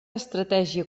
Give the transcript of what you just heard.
estratègia